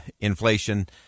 inflation